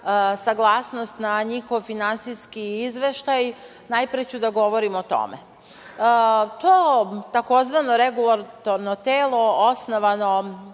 saglasnost na njihov Finansijski izveštaj najpre ću da govorim o tome. To tzv. Regulatorno telo osnovano